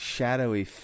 shadowy